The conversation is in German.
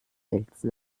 filzen